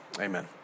Amen